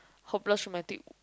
hopeless romantic